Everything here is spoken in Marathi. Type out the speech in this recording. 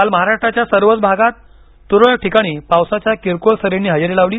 काल महाराष्ट्राच्या सर्वच भागात तुरळक ठिकाणी पावसाच्या किरकोळ सरींनी हजेरी लावली